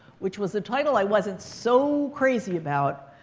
which was a title i wasn't so crazy about.